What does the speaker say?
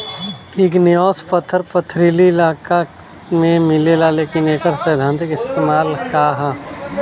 Igneous पत्थर पथरीली इलाका में मिलेला लेकिन एकर सैद्धांतिक इस्तेमाल का ह?